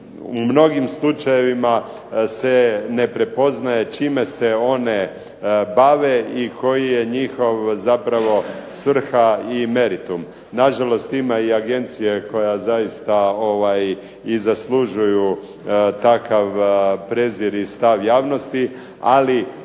u mnogim slučajevima se ne prepoznaje čime se one bave i koji je njihova zapravo svrha i meritum. Nažalost, ima i agencija koje zaista i zaslužuju takav prezir i stav javnosti, ali